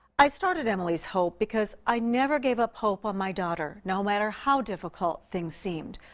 i started emily's hope because i never gave up hope on my daughter, no matter how difficult things seemed.